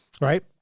right